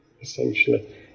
essentially